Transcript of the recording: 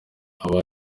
abo